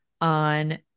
on